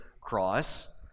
cross